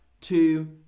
two